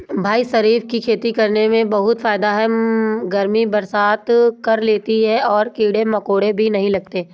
भाई शरीफा की खेती करने में बहुत फायदा है गर्मी बर्दाश्त कर लेती है और कीड़े मकोड़े भी नहीं लगते